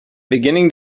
beginning